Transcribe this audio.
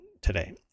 today